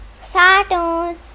saturn